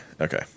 Okay